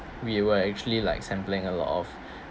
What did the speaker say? we were actually like sampling a lot of